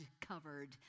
covered